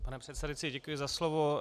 Pane předsedající, děkuji za slovo.